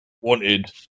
wanted